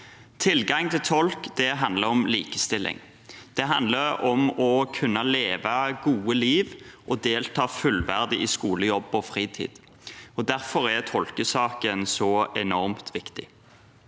Tilgang til tolk handler om likestilling. Det handler om å kunne leve et godt liv og delta fullverdig i skole, jobb og fritid. Derfor er tolkesaken så enormt viktig.